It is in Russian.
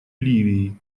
ливии